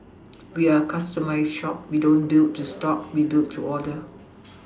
we are a customised shop we don't build to stock we build to order